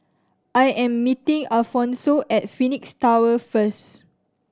I am meeting Alphonso at Phoenix Tower first